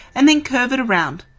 and then curve it around.